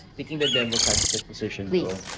the devil's advocate position. please.